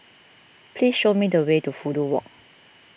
please show me the way to Fudu Walk